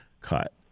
cut